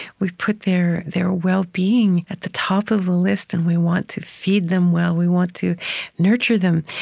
we put their their wellbeing at the top of a list and we want to feed them well. we want to nurture them.